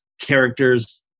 characters